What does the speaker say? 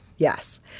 Yes